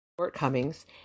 shortcomings